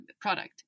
product